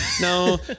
no